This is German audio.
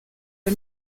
der